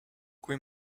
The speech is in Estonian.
kui